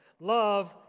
love